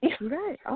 Right